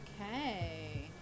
Okay